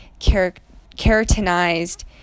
keratinized